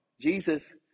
Jesus